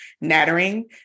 nattering